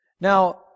Now